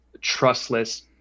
trustless